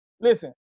listen